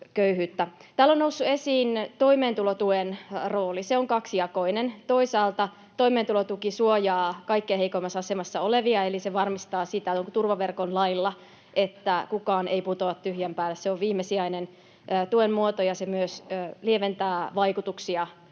Täällä on noussut esiin toimeentulotuen rooli. Se on kaksijakoinen. Toisaalta toimeentulotuki suojaa kaikkein heikoimmassa asemassa olevia, eli se varmistaa turvaverkon lailla, että kukaan ei putoa tyhjän päälle. Se on viimesijainen tuen muoto, ja se myös lieventää vaikutuksia